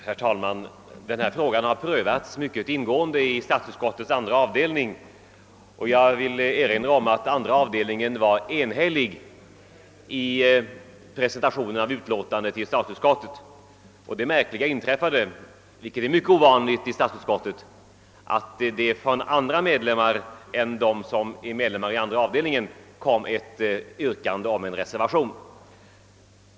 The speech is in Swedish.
Herr talman! Denna fråga har mycket ingående diskuterats i statsutskottets andra avdelning, och det utlåtande som presenterades i statsutskottet och som innebär ett avstyrkande av motionerna var enhälligt. Det märkliga inträffade — vilket är mycket ovanligt i statsutskottet — att det från andra utskottsmedlemmar framfördes ett yrkande om en reservation.